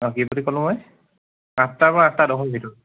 অঁ কি বুলি ক'লোঁ মই আঠটাৰ পৰা আঠটা দহৰ ভিতৰত